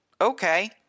Okay